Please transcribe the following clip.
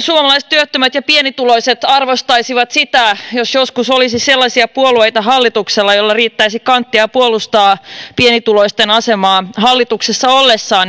suomalaiset työttömät ja pienituloiset arvostaisivat sitä jos joskus olisi sellaisia puolueita hallituksessa joilla riittäisi kanttia puolustaa pienituloisten asemaa ollessaan hallituksessa